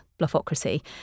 bluffocracy